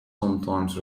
sometimes